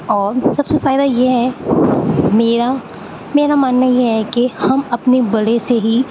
اور سب سے فائدہ یہ ہے میرا میرا ماننا یہ ہے کہ ہم اپنے بڑے سے ہی